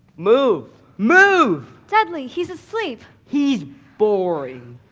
move, move! dudley, he's asleep. he's boring.